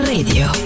Radio